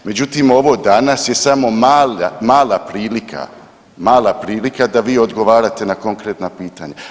Međutim, ovo danas je samo mala prilika, mala prilika da vi odgovarate na konkretna pitanja.